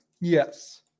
Yes